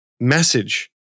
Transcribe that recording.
message